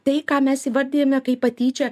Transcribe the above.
tai ką mes įvardijame kaip patyčią